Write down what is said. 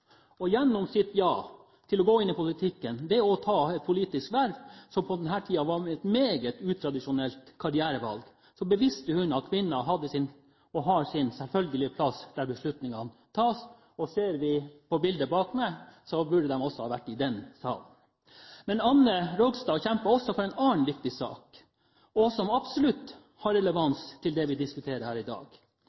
stortingsrepresentant. Gjennom sitt ja til å gå inn i politikken ved å ta et politisk verv som på denne tiden var et meget utradisjonelt karrierevalg, beviste hun at kvinner hadde, og har, sin selvfølgelige plass der beslutningene tas. Ser vi på bildet bak meg, burde de også ha vært i den salen. Anna Rogstad kjempet også for en annen viktig sak, som absolutt har relevans til det vi diskuterer her i dag.